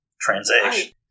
transaction